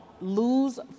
lose